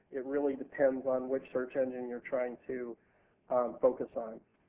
it really depends on which search engine youire trying to focus on.